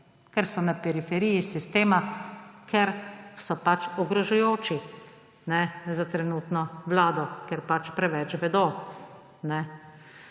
ker so na periferiji sistema, ker so pač ogrožajoči za trenutno vlado, ker pač preveč vedo.